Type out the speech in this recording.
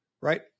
right